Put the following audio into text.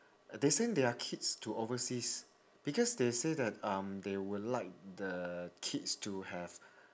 they send their kids to overseas because they say that um they would like the kids to have